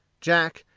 jack,